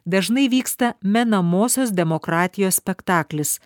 dažnai vyksta menamosios demokratijos spektaklis